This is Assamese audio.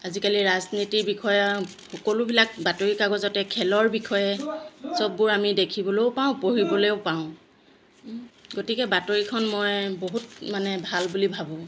আজিকালি ৰাজনীতিৰ বিষয়ে সকলোবিলাক বাতৰিকাগজতে খেলৰ বিষয়ে চববোৰ আমি দেখিবলৈও পাওঁ পঢ়িবলৈও পাওঁ গতিকে বাতৰিখন মই বহুত মানে ভাল বুলি ভাবোঁ